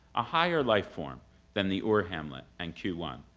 a higher life form than the ur-hamlet and q one,